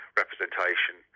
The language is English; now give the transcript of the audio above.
representation